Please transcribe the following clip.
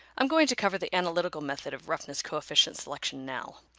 i'm going to cover the analytical method of roughness coefficient selection now.